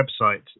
website